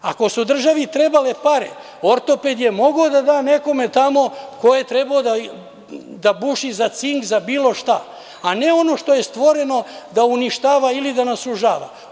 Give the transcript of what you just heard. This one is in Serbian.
Ako su državi trebale pare, ortoped je mogao da da nekome tamo ko je trebao da buši za cink, za bilo šta, a ne ono što je stvoreno da uništava ili da nam sužava.